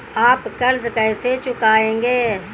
आप कर्ज कैसे चुकाएंगे?